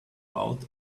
out